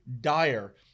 dire